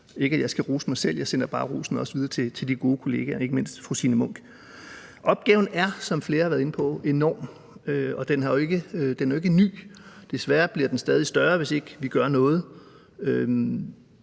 ikke, fordi jeg skal rose mig selv, men jeg sender også bare rosen videre til de gode kollegaer, ikke mindst fru Signe Munk. Opgaven er, som flere har været inde på, enorm, og den er jo ikke ny, og desværre bliver den stadig større, hvis ikke vi gør noget.